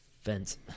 fence